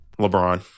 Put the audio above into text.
LeBron